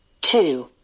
Two